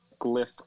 glyph